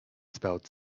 spelled